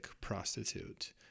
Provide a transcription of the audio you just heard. prostitute